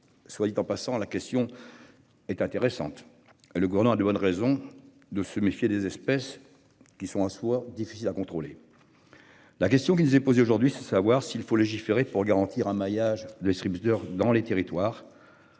soit dit en passant la question. Est intéressante. Le gourdin a de bonnes raisons de se méfier des espèces qui sont soit difficile à contrôler. La question qui nous est posée aujourd'hui c'est de savoir s'il faut légiférer pour garantir un maillage des distributeurs dans les territoires.